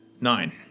Nine